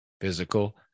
physical